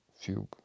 Fugue